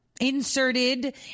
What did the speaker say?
inserted